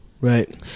right